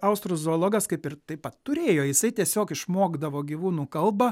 austrų zoologas kaip ir taip pat turėjo jisai tiesiog išmokdavo gyvūnų kalbą